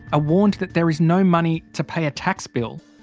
ah warned that there is no money to pay a tax bill.